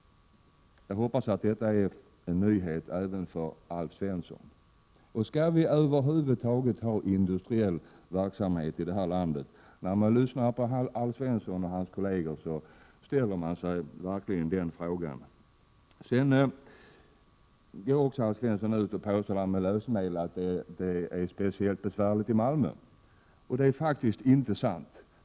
Jag hoppas att detta är en nyhet även för Alf Svensson. Skall vi över huvud taget ha industriell verksamhet i det här landet? När man lyssnar på Alf Svensson och hans kolleger ställer man sig verkligen den frågan. Alf Svensson har också när det gäller lösningsmedel påstått att förhållandena är speciellt besvärliga i Malmö. Detta är faktiskt inte sant.